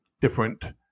different